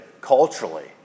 culturally